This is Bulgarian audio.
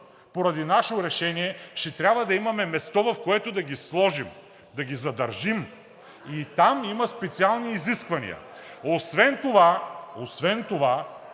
поради наше решение, ще трябва да имаме място, в което да ги сложим, да ги задържим. И там има специални изисквания. Освен това,